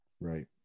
Right